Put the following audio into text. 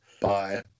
bye